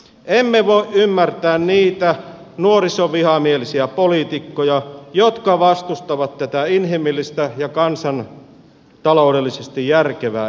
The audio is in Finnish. emme voi ymmärtää niitä nuorisovihamielisiä poliitikkoja jotka vastustavat tätä inhimillistä ja kansantaloudellisesti järkevää esitystä